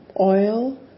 Oil